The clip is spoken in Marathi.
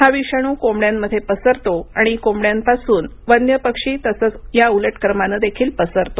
हा विषाणू कोंबड्यांमध्ये पसरतो आणि कोंबड्यांपासून वन्य पक्षी तसंच या उलट क्रमाने देखील पसरतो